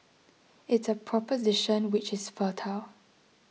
it's a proposition which is fertile